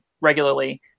regularly